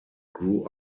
grew